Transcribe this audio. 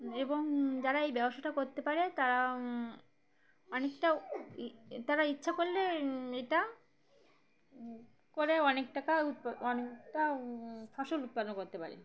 এবং যারা এই ব্যবসাটা করতে পারে তারা অনেকটা তারা ইচ্ছা করলে এটা করে অনেক টাকাৎ অনেকটা ফসল উৎপাদন করতে পারে